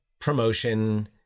Promotion